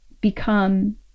become